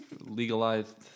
Legalized